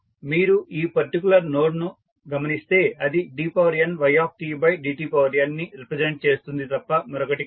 మీరు ఈ particular node ను గమనిస్తే అది dnydtn ని రిప్రజెంట్ చేస్తుంది తప్ప మరొకటి కాదు